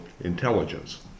intelligence